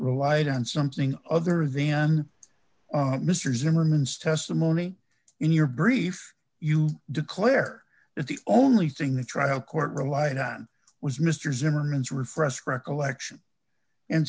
relied on something other than mr zimmerman's testimony in your brief you declare that the only thing the trial court relied on was mr zimmerman's refresh recollection and